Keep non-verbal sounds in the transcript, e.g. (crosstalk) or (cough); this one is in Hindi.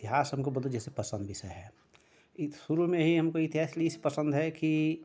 इतिहास हमको (unintelligible) जैसे पसंद विषय है शुरू में ही हमको इतिहास इसलिए पसंद है कि